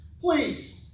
Please